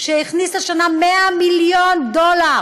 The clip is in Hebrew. שהכניס השנה 100 מיליון דולר